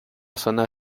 zona